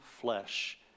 flesh